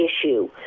issue